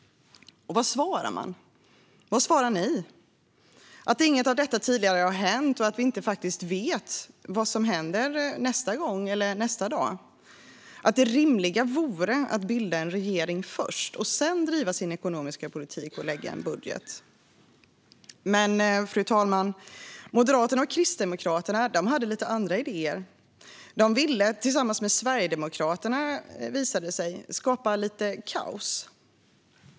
Vad svarar man? Vad svarar ni? Att inget av detta har hänt tidigare och att vi faktiskt inte vet vad som händer nästa gång eller nästa dag? Att det rimliga vore att bilda en regering först och sedan driva sin ekonomiska politik och lägga fram en budget? Men, fru talman, Moderaterna och Kristdemokraterna hade andra idéer. De ville, tillsammans med Sverigedemokraterna, visade det sig, skapa lite kaos.